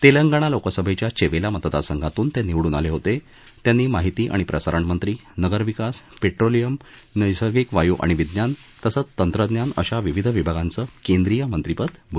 तेलंगणा लोकसभेच्या चेवेला मतदारसंघातून ते निवडून आले होते त्यांनी माहिती आणि प्रसारणमंत्री नगरविकास पेट्रोलियम नैसर्गिक वायू आणि विज्ञान तसंच तंत्रज्ञान अशा विविध विभागांचं केंदीय मंत्रीपद भूषवलं होतं